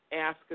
ask